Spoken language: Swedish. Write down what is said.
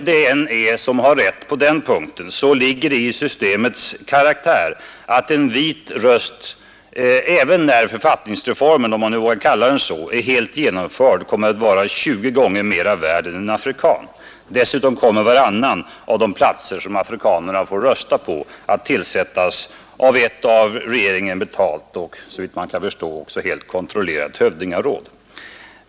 Vem som än har rätt på den punkten så ligger det i systemets karaktär att en vit röst även när författningsreformen — om man nu vågar kalla den så — är helt genomförd kommer att vara 20 gånger mera värd än en afrikansk. Dessutom kommer varannan av de platser som afrikanerna får rösta på att tillsättas av ett av regeringen betalt och såvitt man kan förstå också helt kontrollerat hövdingaråd.